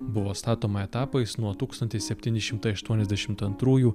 buvo statoma etapais nuo tūkstantis septyni šimtai aštuoniasdešimt antrųjų